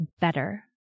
better